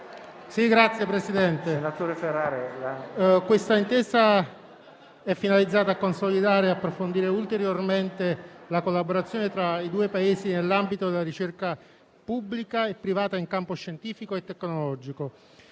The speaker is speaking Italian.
Signor Presidente, l'intesa in esame è finalizzata a consolidare e approfondire ulteriormente la collaborazione tra i due Paesi nell'ambito della ricerca pubblica e privata in campo scientifico e tecnologico,